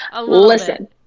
listen